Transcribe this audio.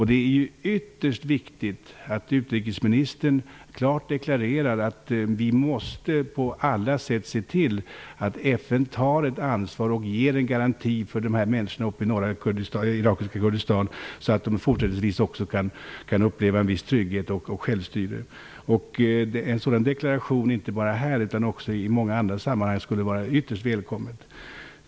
Det är naturligtvis ytterst viktigt att utrikesministern klart deklarerar att vi på alla sätt måste se till att FN tar ett ansvar och ger en garanti, så att människorna i det irakiska Kurdistan också fortsättningsvis kan uppleva en viss trygghet och ett självstyre. En sådan deklaration inte bara här utan också i många andra sammanhang vore ytterst välkommen.